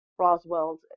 Roswells